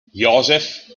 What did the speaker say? joseph